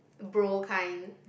bro kind